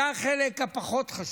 זה החלק הפחות-חשוב.